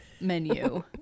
menu